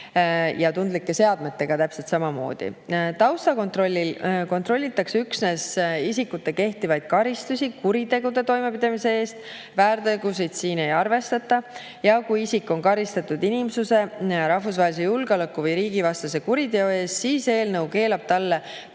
tundlike seadmetega. Taustakontrollil kontrollitakse üksnes isikute kehtivaid karistusi kuritegude toimepanemise eest, väärtegusid siin ei arvestata. Kui isik on karistatud inimsuse‑ ja rahvusvahelise julgeoleku või riigivastase kuriteo eest, siis eelnõu keelab talle